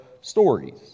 stories